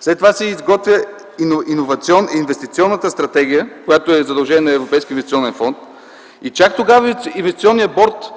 След това се изготвя инвестиционната стратегия, която е задължение на Европейския инвестиционен фонд, и чак тогава инвестиционният борд